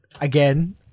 Again